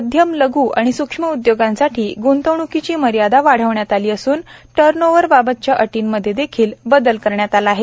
माध्यम लघ आणि सक्ष्म उदयोगांसाठी गंतवणकीची मर्यादा वाध्वण्यात आली असन टर्नओवर बाबतच्या अटीमध्ये देखील बदल करण्यात आला आहे